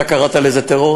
אתה קראת לזה טרור,